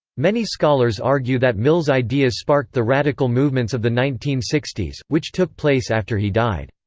many scholars argue that mills' ideas sparked the radical movements of the nineteen sixty s, which took place after he died.